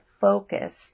focus